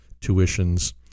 tuitions